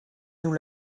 nous